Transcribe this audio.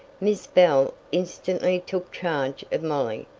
miss bell instantly took charge of molly.